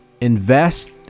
invest